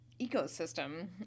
ecosystem